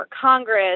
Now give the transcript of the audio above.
Congress